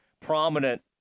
prominent